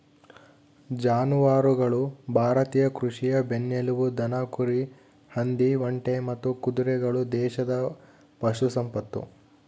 ಜಾನುವಾರುಗಳು ಭಾರತೀಯ ಕೃಷಿಯ ಬೆನ್ನೆಲುಬು ದನ ಕುರಿ ಹಂದಿ ಒಂಟೆ ಮತ್ತು ಕುದುರೆಗಳು ದೇಶದ ಪಶು ಸಂಪತ್ತು